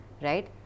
right